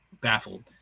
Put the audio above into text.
baffled